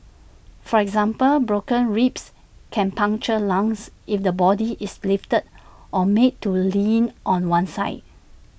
for example broken ribs can puncture lungs if the body is lifted or made to lean on one side